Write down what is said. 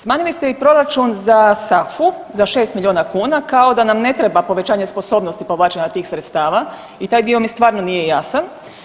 Smanjili ste i proračun za SAFU za 6 milijuna kuna kao da nam ne treba povećanje sposobnosti povlačenja tih sredstava i taj dio mi stvarno nije jasan.